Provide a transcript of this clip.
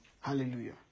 Hallelujah